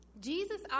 Jesus